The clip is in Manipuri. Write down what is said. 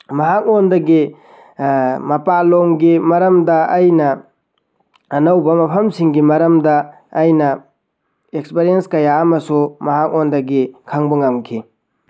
ꯃꯍꯥꯛꯉꯣꯟꯗꯒꯤ ꯃꯄꯥꯜ ꯂꯣꯝꯒꯤ ꯃꯔꯝꯗ ꯑꯩꯅ ꯑꯅꯧꯕ ꯃꯐꯝꯁꯤꯡꯒꯤ ꯃꯔꯝꯗ ꯑꯩꯅ ꯑꯦꯛꯁꯄꯤꯔꯤꯌꯦꯟꯁ ꯀꯌꯥ ꯑꯃꯁꯨ ꯃꯍꯥꯛꯉꯣꯟꯗꯒꯤ ꯈꯪꯕ ꯉꯝꯈꯤ